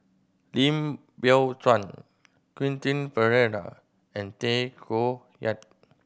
Lim Biow Chuan Quentin Pereira and Tay Koh Yat